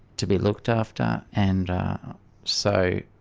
to be looked after, and so